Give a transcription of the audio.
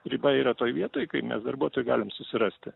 riba yra toj vietoj kai mes darbuotojų galim susirasti